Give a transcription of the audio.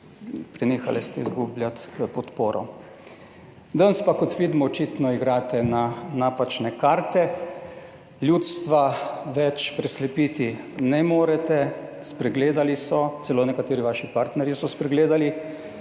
prenehali ste izgubljati podporo. Danes pa kot vidimo očitno igrate na napačne karte, ljudstva več preslepiti ne morete, spregledali so, celo nekateri vaši partnerji so spregledali,